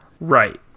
Right